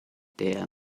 der